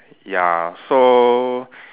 ya so